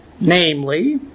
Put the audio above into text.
namely